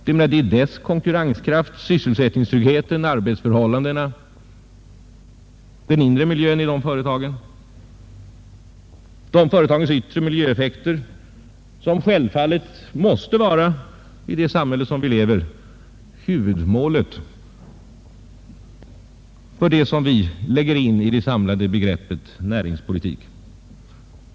Det är de företagens konkurrenskraft, sysselsättningstrygghet och arbetsförhållanden, de företagens arbetsmiljö liksom deras yttre miljöeffekter som i det samhälle vi lever i måste vara huvudmålet för vad vi lägger in i begreppet näringspolitik.